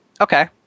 Okay